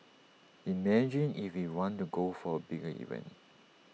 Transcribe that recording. imagine if we want to go for A bigger event